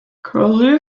curlew